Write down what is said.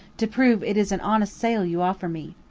to prove it is an honest sale you offer me?